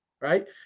right